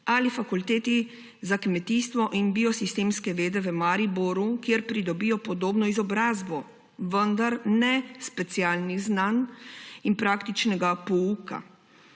ali Fakulteti za kmetijstvo in biosistemske vede v Mariboru, kjer pridobijo podobno izobrazbo, vendar ne specialnih znanj in praktičnega pouka.